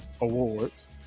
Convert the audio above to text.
awards